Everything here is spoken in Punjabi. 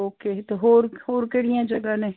ਓਕੇ ਅਤੇ ਹੋਰ ਹੋਰ ਕਿਹੜੀਆਂ ਜਗ੍ਹਾ ਨੇ